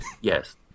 Yes